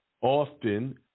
often